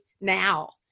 now